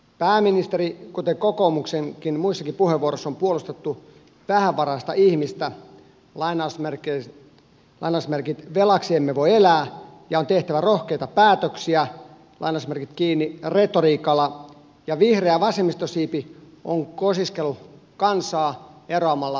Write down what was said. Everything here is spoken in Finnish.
pääministeri on puolustanut kuten kokoomuksen muissakin puheenvuoroissa on puolustettu vähävaraista ihmistä velaksi emme voi elää ja on tehtävä rohkeita päätöksiä retoriikalla ja vihreä vasemmistosiipi on kosiskellut kansaa eroamalla hallituksesta